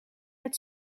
het